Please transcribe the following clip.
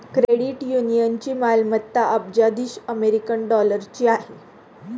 credit युनियनची मालमत्ता अब्जावधी अमेरिकन डॉलरची आहे